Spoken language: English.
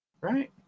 Right